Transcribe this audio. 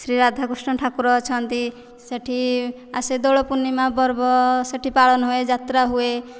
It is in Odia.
ଶ୍ରୀ ରାଧାକୃଷ୍ଣ ଠାକୁର ଅଛନ୍ତି ସେଇଠି ଆସେ ଦୋଳ ପୂର୍ଣ୍ଣିମା ପର୍ବ ସେଇଠି ପାଳନ ହୁଏ ଯାତ୍ରା ହୁଏ